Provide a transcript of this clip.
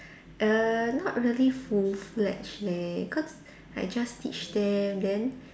err not really full fledged leh cause I just teach them then